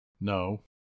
No